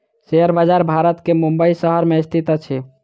share बजार भारत के मुंबई शहर में स्थित अछि